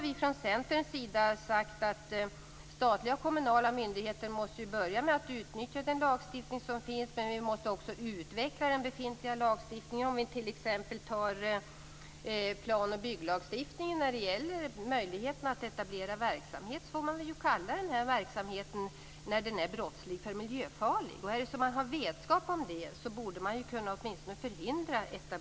Vi från Centerns sida har sagt att statliga och kommunala myndigheter måste börja med att utnyttja den lagstiftning som finns. Men även den befintliga lagstiftningen måste utvecklas, t.ex. plan och bygglagen när det gäller möjligheterna att etablera en verksamhet. En brottslig verksamhet får kallas för miljöfarlig. Om det finns en vetskap, borde en etablering kunna förhindras.